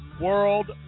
World